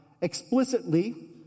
explicitly